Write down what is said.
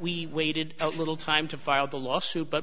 we waited a little time to file the lawsuit but